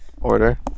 order